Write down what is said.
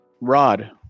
rod